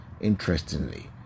Interestingly